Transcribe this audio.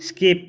skip